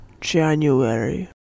January